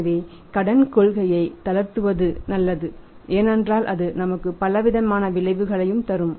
எனவே கடன் கொள்கையை தளர்த்துவது நல்லது ஏனென்றால் அது நமக்கு பலவிதமான விளைவுகளை தரும்